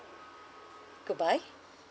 goodbye